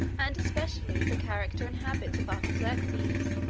and, especially, the character and habits of artaxerxes,